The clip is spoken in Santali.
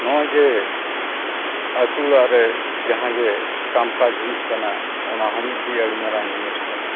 ᱱᱚᱜᱼᱚᱭ ᱡᱮ ᱟᱹᱛᱩ ᱚᱲᱟᱜ ᱨᱮ ᱡᱟᱦᱟᱸ ᱜᱮ ᱠᱟᱢ ᱠᱟᱡᱽ ᱦᱩᱭᱩᱜ ᱠᱟᱱᱟ ᱚᱱᱟ ᱦᱚᱸ ᱢᱤᱫᱴᱤᱡ ᱟᱹᱰᱤ ᱢᱟᱨᱟᱝ ᱡᱤᱱᱤᱥ ᱠᱟᱱᱟ